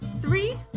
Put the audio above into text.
three